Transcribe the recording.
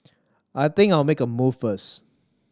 I think I'll make a move first